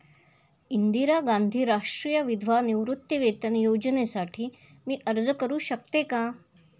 इंदिरा गांधी राष्ट्रीय विधवा निवृत्तीवेतन योजनेसाठी मी अर्ज करू शकतो?